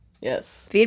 Yes